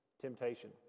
temptation